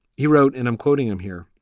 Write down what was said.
he wrote and i'm quoting him here.